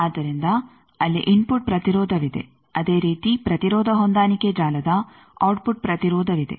ಆದ್ದರಿಂದ ಅಲ್ಲಿ ಇನ್ಫುಟ್ ಪ್ರತಿರೋಧವಿದೆ ಅದೇ ರೀತಿ ಪ್ರತಿರೋಧ ಹೊಂದಾಣಿಕೆ ಜಾಲದ ಔಟ್ಪುಟ್ ಪ್ರತಿರೋಧವಿದೆ